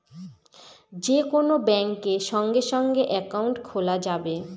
যে কোন ব্যাঙ্কে সঙ্গে সঙ্গে একাউন্ট খোলা যাবে